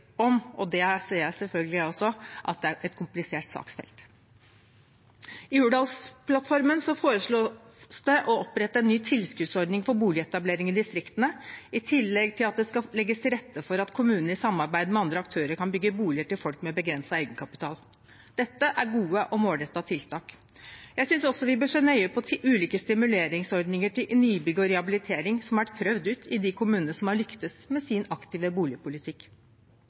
om – og det ser selvfølgelig jeg også – det er et komplisert saksfelt. I Hurdalsplattformen foreslås det å opprette en ny tilskuddsordning for boligetablering i distriktene, i tillegg til at det skal legges til rette for at kommunene i samarbeid med andre aktører kan bygge boliger til folk med begrenset egenkapital. Dette er gode og målrettede tiltak. Jeg synes også vi bør se nøye på ulike stimuleringsordninger til nybygg og rehabilitering, som har vært prøvd ut i de kommunene som har lyktes med sin aktive boligpolitikk.